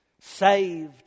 Saved